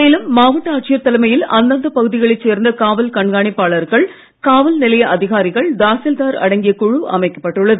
மேலும் மாவட்ட ஆட்சியர் தலைமையில் அந்தந்தப் பகுதிகளைச் சேர்ந்த காவல் கண்காணிப்பாளர்கள் காவல்நிலைய அதிகாரிகள் தாசில்தார் அடங்கிய குழு அமைக்கப்பட்டுள்ளது